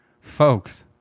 folks